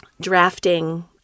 drafting